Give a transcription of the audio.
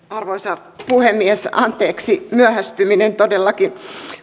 arvoisa puhemies anteeksi myöhästyminen todellakin